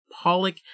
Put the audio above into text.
Pollock